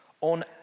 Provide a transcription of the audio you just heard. on